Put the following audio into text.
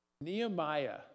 Nehemiah